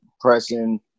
pressing